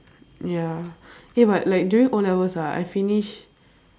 ya eh but like during o-levels ah I finish